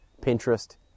Pinterest